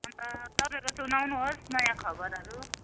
अन्त तपाईँको सुनाउनुहोस् नयाँ खबरहरू